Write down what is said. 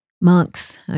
monks